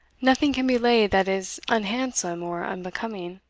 nothing can be laid that is unhandsome or unbecoming.